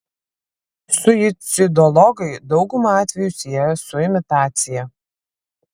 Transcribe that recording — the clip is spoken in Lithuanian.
suicidologai daugumą atvejų sieja su imitacija